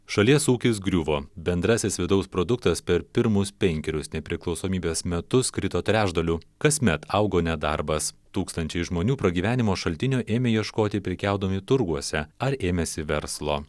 šalies ūkis griuvo bendrasis vidaus produktas per pirmus penkerius nepriklausomybės metus krito trečdaliu kasmet augo nedarbas tūkstančiai žmonių pragyvenimo šaltinio ėmė ieškoti prekiaudami turguose ar ėmėsi verslo